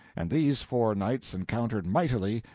and these four knights encountered mightily,